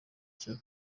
cya